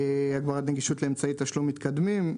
הגברת נגישות לאמצעי תשלום מתקדמים,